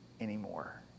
anymore